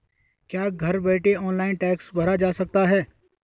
क्या घर बैठे ऑनलाइन टैक्स भरा जा सकता है?